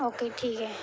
okay ठीक आहे